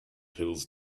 pills